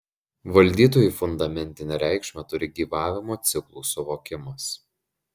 valdytojui fundamentinę reikšmę turi gyvavimo ciklų suvokimas